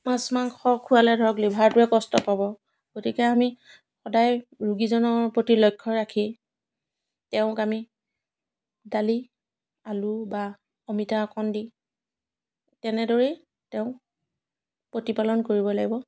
মাছ মাংস খোৱালে ধৰক লিভাৰটোৱে কষ্ট পাব গতিকে আমি সদায় ৰোগীজনৰ প্ৰতি লক্ষ্য ৰাখি তেওঁক আমি দালি আলু বা অমিতা অকণ দি তেনেদৰেই তেওঁক প্ৰতিপালন কৰিব লাগিব